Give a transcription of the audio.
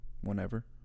Whenever